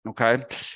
okay